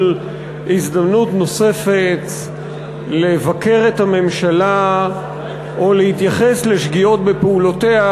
הזדמנות נוספת לבקר את הממשלה או להתייחס לשגיאות בפעולותיה